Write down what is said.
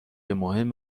مهم